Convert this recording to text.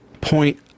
point